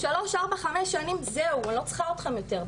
שלוש- ארבע-חמש שנים זהו אני לא צריכה אותכם יותר,